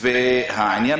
העניין